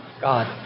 God